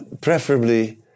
Preferably